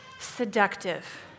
seductive